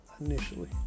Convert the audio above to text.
initially